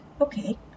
okay